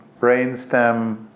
brainstem